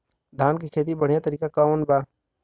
धान के खेती के बढ़ियां तरीका कवन बा?